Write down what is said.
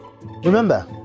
Remember